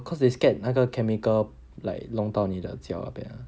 because they scared 那个 chemical like 弄到你的脚 ya